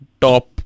top